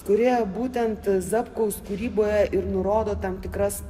kurie būtent zapkaus kūryboje ir nurodo tam tikras